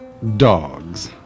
Dogs